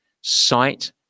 Sight